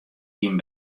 dyn